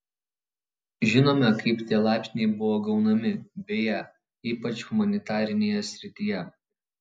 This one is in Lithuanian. žinome kaip tie laipsniai buvo gaunami beje ypač humanitarinėje srityje